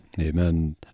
amen